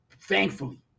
Thankfully